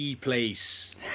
place